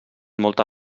molta